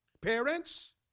parents